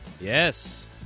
Yes